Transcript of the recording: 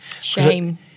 shame